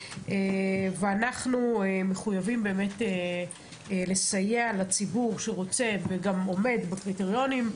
ואנחנו מחויבים באמת לסייע לציבור שרוצה וגם עומד בקריטריונים,